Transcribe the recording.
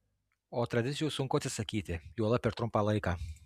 o tradicijų sunku atsisakyti juolab per trumpą laiką